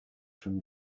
from